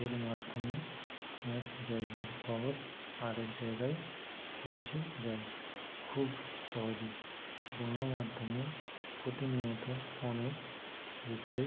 এর মাধ্যমে আমি একটা জায়গার খবর আর এক জায়গায় পৌঁছে যায় খুব সহজেই গণমাধ্যমের প্রতিনিয়ত ফোনে বিষয়